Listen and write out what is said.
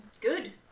good